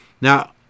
Now